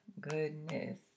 goodness